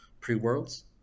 pre-worlds